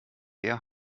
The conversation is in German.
der